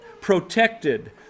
Protected